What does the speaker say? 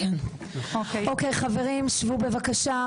אוקיי חברים, שבו בבקשה.